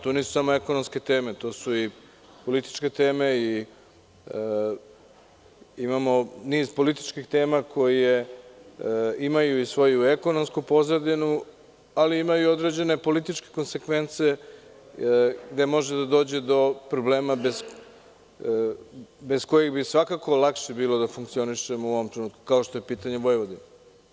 To nisu samo ekonomske teme, to su i političke teme i imamo niz političkih tema koje imaju i svoju ekonomsku pozadinu, ali imaju i određene političke konsekvence gde može da dođe do problema bez kojih bi svakako lakše bilo da funkcionišemo u ovom trenutku, kao što je pitanje Vojvodine.